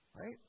Right